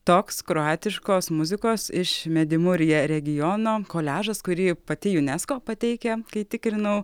toks kroatiškos muzikos iš medimurija regiono koliažas kurį pati junesko pateikia kai tikrinau